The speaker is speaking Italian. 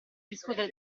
discutere